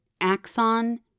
Axon